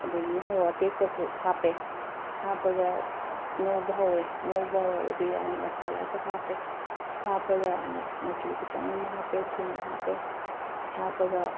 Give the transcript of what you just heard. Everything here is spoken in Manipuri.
ꯑꯗꯩꯒꯤ ꯃꯣꯔꯣꯛ ꯑꯇꯦꯛꯄꯁꯨ ꯍꯥꯞꯄꯦ ꯍꯥꯞꯄꯒ ꯉꯧꯕ ꯍꯧꯔꯦ ꯉꯧꯕ ꯍꯧꯔꯒ ꯕ꯭ꯔꯤꯌꯥꯅꯤ ꯃꯁꯥꯂꯥꯁꯨ ꯍꯥꯞꯄꯦ ꯍꯥꯞꯄꯒ ꯑꯃꯨꯛ ꯃꯆꯨ ꯈꯤꯇꯪ ꯑꯃ ꯍꯥꯞꯄꯦ ꯊꯨꯝ ꯍꯥꯞꯄꯦ ꯍꯥꯞꯄꯒ